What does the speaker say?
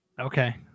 okay